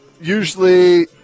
usually